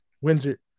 Windsor